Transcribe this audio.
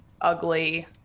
ugly